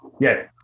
Yes